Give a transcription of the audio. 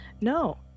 No